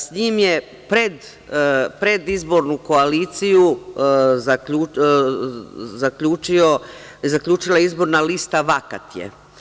S njim je predizbornu koaliciju zaključila izborna lista „Vakat je“